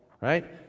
right